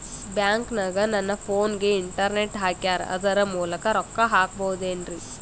ಬ್ಯಾಂಕನಗ ನನ್ನ ಫೋನಗೆ ಇಂಟರ್ನೆಟ್ ಹಾಕ್ಯಾರ ಅದರ ಮೂಲಕ ರೊಕ್ಕ ಹಾಕಬಹುದೇನ್ರಿ?